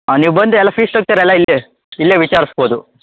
ನೀವು ಬಂದು ಎಲ್ಲ ಫೀಸ್ ಸ್ಟ್ರಕ್ಚರ್ ಎಲ್ಲ ಇಲ್ಲೇ ಇಲ್ಲೇ ವಿಚಾರಿಸ್ಬೋದು